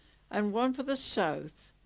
and one for the south,